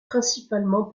principalement